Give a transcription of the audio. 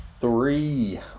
three